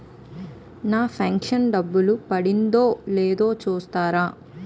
నా pension డబ్బులు పడిందో లేదో చూస్తారా?